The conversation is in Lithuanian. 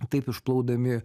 taip išplaudami